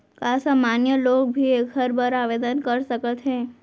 का सामान्य लोग भी एखर बर आवदेन कर सकत हे?